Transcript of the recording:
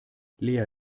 lea